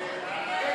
ההגירה